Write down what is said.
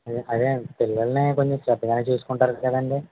అదే అదే అండి పిల్లల్ని కొంచెం శ్రద్ధగానే చూసుకుంటారు కదండి